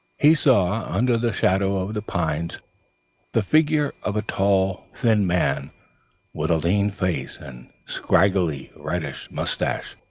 he saw under the shadow of the pines the figure of a tall thin man with a lean face and straggling reddish moustache,